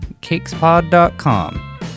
CakesPod.com